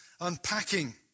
unpacking